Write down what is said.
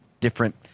different